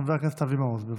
חבר הכנסת אבי מעוז, בבקשה.